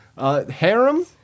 Harem